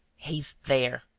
he's there.